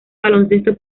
baloncesto